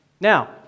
Now